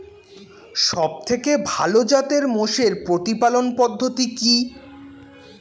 সবথেকে ভালো জাতের মোষের প্রতিপালন পদ্ধতি কি?